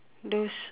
those uh